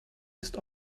ist